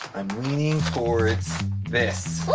i'm leaning towards this. ooh!